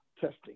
testing